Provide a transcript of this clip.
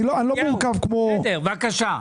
בבקשה.